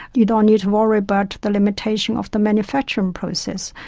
you don't need to worry about the limitation of the manufacturing process.